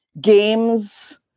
games